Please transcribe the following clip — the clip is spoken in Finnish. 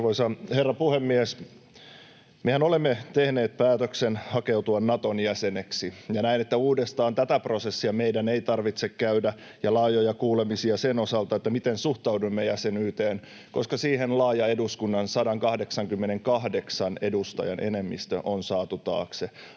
herra puhemies! Mehän olemme tehneet päätöksen hakeutua Naton jäseneksi, ja näen, että uudestaan tätä prosessia meidän ei tarvitse käydä ja laajoja kuulemisia sen osalta, miten suhtaudumme jäsenyyteen, koska siihen laaja eduskunnan 188 edustajan enemmistö on saatu taakse.